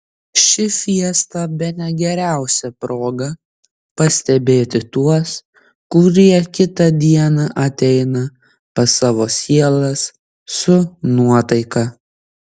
ši fiesta bene geriausia proga pastebėti tuos kurie kitą dieną ateina pas savo sielas su nuotaika